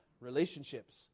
relationships